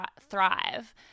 thrive